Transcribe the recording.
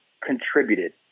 contributed